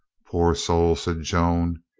poor soul! said joan.